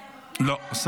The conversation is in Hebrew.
לא.